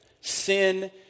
Sin